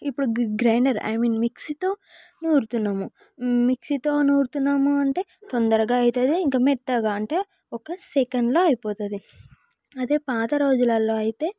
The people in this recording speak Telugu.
ఇప్పుడు గ్రైండర్ ఐమీన్ మిక్సీతో నూరుతున్నాము మిక్సీతో నూరుతున్నాము అంటే తొందరగా అవుతుంది ఇంకా మెత్తగా అంటే ఒక సెకన్లో అయిపోతుంది అదే పాత రోజులలో అయితే